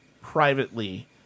privately